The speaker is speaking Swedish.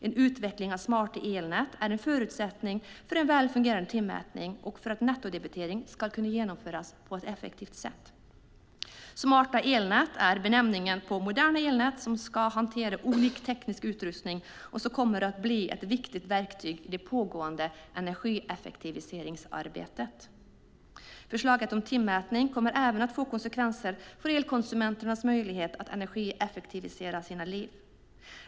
En utveckling av smarta elnät är en förutsättning för en väl fungerande timmätning och för att nettodebitering ska kunna genomföras på ett effektivt sätt. Smarta elnät är benämningen på moderna elnät som kan hantera olika teknisk utrustning. Det kommer att bli ett viktigt verktyg i det pågående energieffektiviseringsarbetet. Förslaget om timmätning kommer även att få konsekvenser för elkonsumenternas möjlighet att energieffektivisera sina liv.